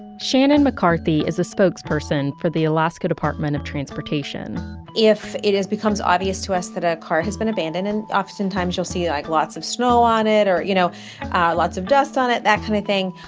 shannon mccarthy is the spokesperson for the alaska department of transportation if it becomes obvious to us that a car has been abandoned and oftentimes you'll see like lots of snow on it or you know ah lots of dust on it, that kind of thing,